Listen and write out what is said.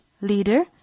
leader